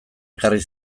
ekarri